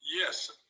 Yes